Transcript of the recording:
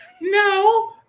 No